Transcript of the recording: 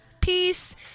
peace